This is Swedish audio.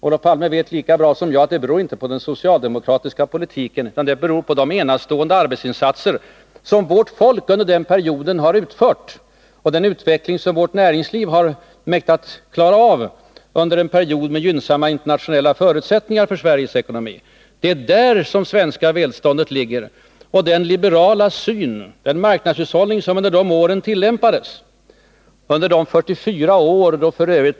Olof Palme vet lika bra som jag att det inte har berott på den socialdemokratiska politiken utan på de enastående arbetsinsatser som vårt folk under den perioden har utfört och den utveckling som vårt näringsliv har mäktat klara av — under en period med gynnsamma internationella förutsättningar för Sveriges ekonomi. Det är där grunden till det svenska välståndet ligger, och den liberala syn och den marknadshushållning som under de åren tillämpades— under de 44 år då f.ö.